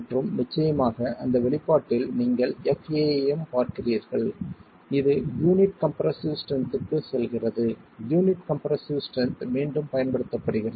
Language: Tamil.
மற்றும் நிச்சயமாக அந்த வெளிப்பாட்டில் நீங்கள் fa ஐயும் பார்க்கிறீர்கள் இது யூனிட் கம்ப்ரசிவ் ஸ்ட்ரென்த்க்கு செல்கிறது யூனிட் கம்ப்ரசிவ் ஸ்ட்ரென்த் மீண்டும் பயன்படுத்தப்படுகிறது